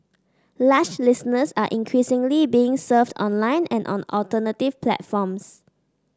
lush listeners are increasingly being served online and on alternative platforms